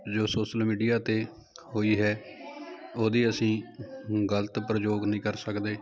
ਜੋ social media 'ਤੇ ਹੋਈ ਹੈ ਉਹਦੀ ਅਸੀਂ ਗਲਤ ਪ੍ਰਯੋਗ ਨਹੀਂ ਕਰ ਸਕਦੇ